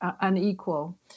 Unequal